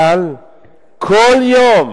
אבל כל יום